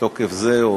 מתוקף זה.